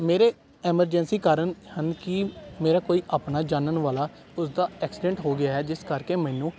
ਮੇਰੇ ਐਮਰਜੈਂਸੀ ਕਾਰਨ ਹਨ ਕਿ ਮੇਰਾ ਕੋਈ ਆਪਣਾ ਜਾਨਣ ਵਾਲਾ ਉਸਦਾ ਐਕਸੀਡੈਂਟ ਹੋ ਗਿਆ ਜਿਸ ਕਰਕੇ ਮੈਨੂੰ